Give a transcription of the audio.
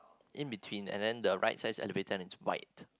in-between and then the right size elevator and it's white